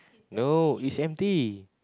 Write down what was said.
no it's empty